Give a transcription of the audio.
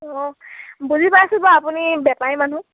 অ বুজি পাইছোঁ বাৰু আপুনি বেপাৰী মানুহ